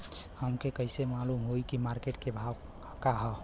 हमके कइसे मालूम होई की मार्केट के का भाव ह?